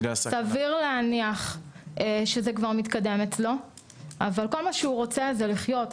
סביר להניח שזה כבר מתקדם אצלו אבל כל מה שהוא רוצה זה לחיות,